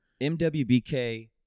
MWBK